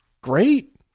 great